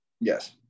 Yes